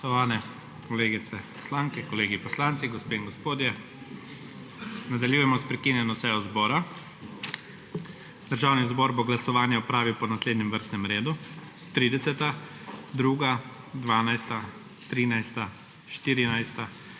Spoštovani kolegice poslanke, kolegi poslanci, gospe in gospodje, nadaljujemo s prekinjeno sejo zbora. Državni zbor bo glasovanje opravil po naslednjem vrstnem redu: 30., 2., 12., 13., 14.,